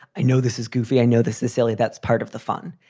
i know this is goofy. i know this is silly. that's part of the fun.